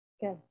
Good